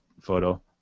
photo